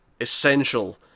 essential